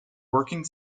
working